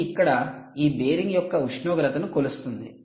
ఇది ఇక్కడ ఈ బేరింగ్ యొక్క ఉష్ణోగ్రతను కొలుస్తుంది